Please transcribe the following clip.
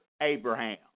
Abraham